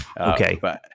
Okay